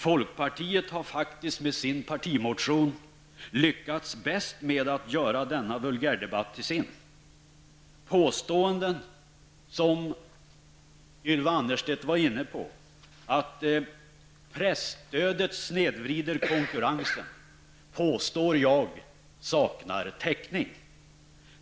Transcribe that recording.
Folkpartiet har faktiskt med sin partimotion lyckats bäst med att göra denna vulgärdebatt till sin. Påståenden -- som Ylva Annerstedt var inne på -- om att presstödet snedvrider konkurrensen saknar täckning.